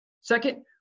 Second